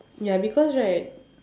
ya because right